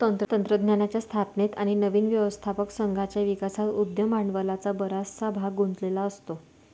तंत्रज्ञानाच्या स्थापनेत आणि नवीन व्यवस्थापन संघाच्या विकासात उद्यम भांडवलाचा बराचसा भाग गुंतलेला असतो